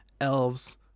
Elves